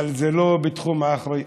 אבל זה לא בתחום האחריות,